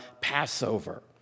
Passover